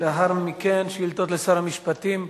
לאחר מכן, שאילתות לשר המשפטים,